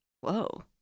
Whoa